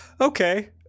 Okay